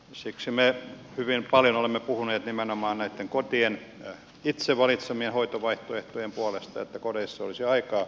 siksi me hyvin paljon olemme puhuneet nimenomaan näitten kotien itse valitsemien hoitovaihtoehtojen puolesta niin että kodeissa olisi aikaa lapsille